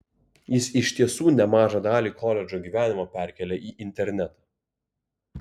jis iš tiesų nemažą dalį koledžo gyvenimo perkėlė į internetą